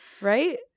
right